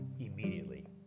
immediately